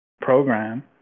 program